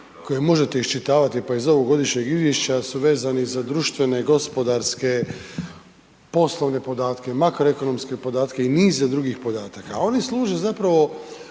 koje možete iščitavati pa iz ovog godišnjeg izvješća su vezani za društvene, gospodarske, poslovne podatke, makroekonomske podatke i niza drugih podataka a oni služe zapravo